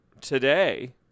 today